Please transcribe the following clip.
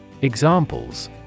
Examples